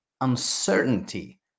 Uncertainty